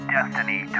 Destiny